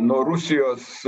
nuo rusijos